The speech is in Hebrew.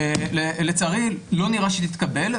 לצערי לא נראה שתתקבל,